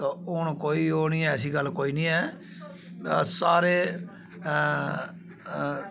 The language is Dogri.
तो हून कोई ओह् निं ऐ ऐसी गल्ल कोई निं ऐ सारे